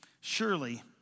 surely